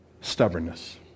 stubbornness